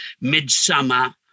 midsummer